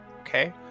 Okay